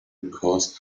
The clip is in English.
because